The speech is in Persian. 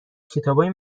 کتابای